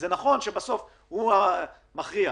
זה נכון שבסוף הוא המכריע.